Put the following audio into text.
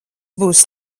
būs